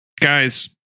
guys